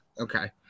Okay